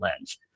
lens